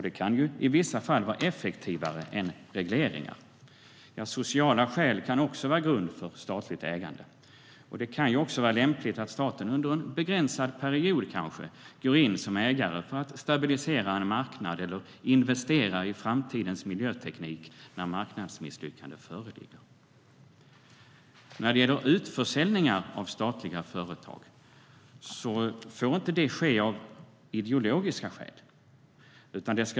Det kan i vissa fall vara effektivare än regleringar. Sociala skäl kan också vara grund för statligt ägande. Utförsäljningar av statliga företag får inte ske av ideologiska skäl.